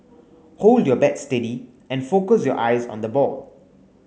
hold your bat steady and focus your eyes on the ball